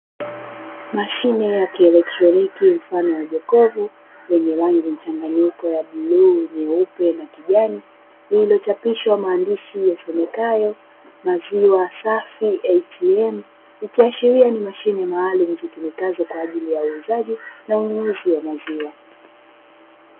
Mashine ya kielektroniki mfano wa jokofu yenye rangi mchanganyiko Nyeupe, Bluu na Kijani nailiyo chapishwa maandishi yasomekayo "Maziwa safi ATM" ikiashiria nimashine maalumu zitumikazo kwaajili ya uuzaji na ununuzi wa maziwa.